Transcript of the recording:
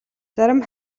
зарим